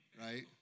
Right